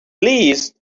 least